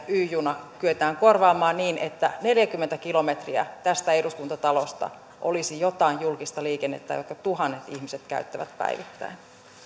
y juna kyetään korvaamaan niin että neljäkymmentä kilometriä tästä eduskuntatalosta olisi jotain julkista liikennettä jota tuhannet ihmiset käyttävät päivittäin